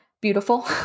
beautiful